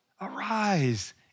Arise